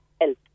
help